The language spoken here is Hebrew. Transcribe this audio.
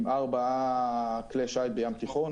עם ארבעה כלי שיט בים תיכון,